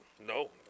No